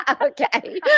Okay